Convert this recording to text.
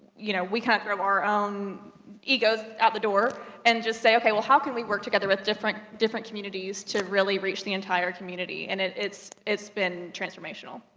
you know, we kind of throw our own egos out the door and just say, okay, well, how can we work together at different, different communities to really reach the entire community? and it, it's, it's been transformational.